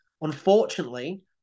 unfortunately